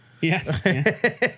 yes